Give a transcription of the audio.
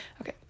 Okay